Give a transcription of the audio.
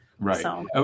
Right